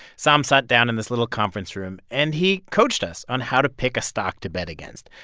sahm sat down in this little conference room, and he coached us on how to pick a stock to bet against.